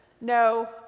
No